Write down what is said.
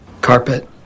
carpet